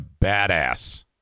badass